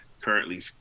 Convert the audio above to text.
currently